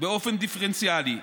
באופן דיפרנציאלי,